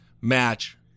match